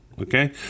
okay